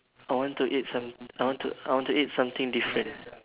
I want to eat some I want to I want to eat something different